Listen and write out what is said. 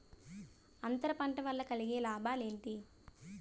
అంతర పంట వల్ల కలిగే లాభాలు ఏంటి